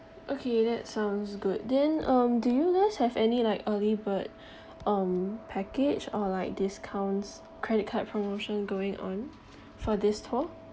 okay that sounds good then um do you guys have any like early bird um package or like discounts credit card promotion going on for this tour